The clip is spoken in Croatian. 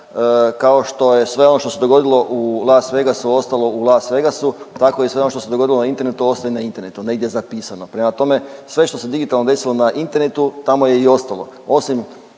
kao što je sve ono što se dogodilo u Las Vegasu ostalo u Las Vegasu, tako i sve ono što se dogodilo na internetu ostaje na internetu negdje zapisano. Prema tome, sve što se digitalno desilo na internetu tamo je i ostalo